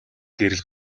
гэрэл